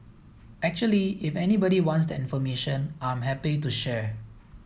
actually if anybody wants that information I'm happy to share